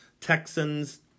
Texans